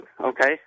okay